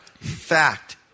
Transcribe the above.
fact